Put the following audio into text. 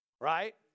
Right